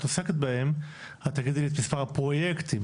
עוסקת בהם את תגידי לי את מספר הפרויקטים,